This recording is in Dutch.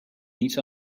niets